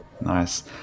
Nice